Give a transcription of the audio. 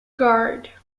guard